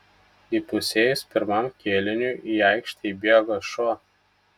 įpusėjus pirmajam kėliniui į aikštę įbėgo šuo